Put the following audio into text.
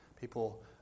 People